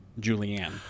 Julianne